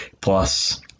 Plus